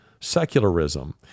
secularism